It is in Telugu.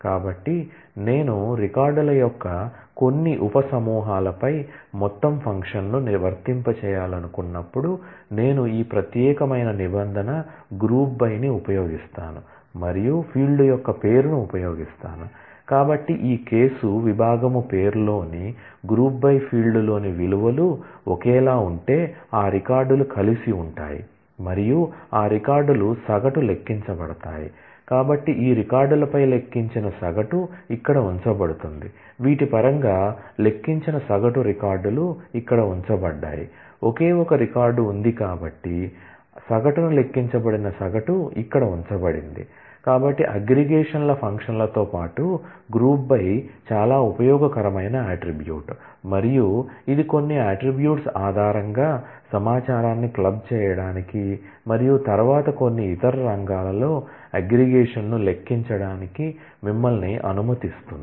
కాబట్టి నేను రికార్డుల యొక్క కొన్ని ఉప సమూహాలపై మొత్తం ఫంక్షన్ను వర్తింపజేయాలనుకున్నప్పుడు నేను ఈ ప్రత్యేకమైన నిబంధన గ్రూప్ బై ను లెక్కించడానికి మిమ్మల్ని అనుమతిస్తుంది